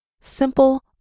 Simple